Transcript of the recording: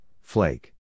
flake